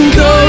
go